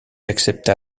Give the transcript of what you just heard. accepta